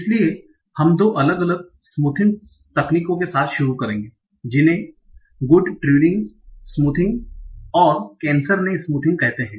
इसलिए हम दो अलग अलग स्मूथिंग तकनिकों के साथ शुरू करेंगे जिन्हें गुड ट्यूरिंग स्मूथिंग और नेसर ने स्मूथिंग कहते है